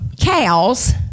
cows